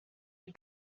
ils